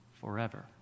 forever